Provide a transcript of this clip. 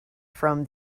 from